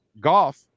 golf